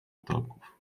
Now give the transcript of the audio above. ptaków